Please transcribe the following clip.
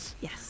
Yes